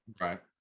right